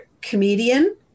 comedian